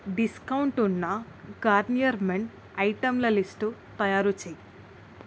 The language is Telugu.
డిస్కౌంట్ ఉన్న గార్నియర్ మెన్ ఐటెంల లిస్టు తయారుచెయ్